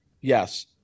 Yes